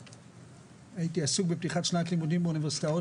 אני הייתי עסוק בפתיחת שנת לימודים באוניברסיטאות